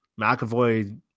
McAvoy